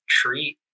treat